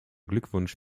glückwunsch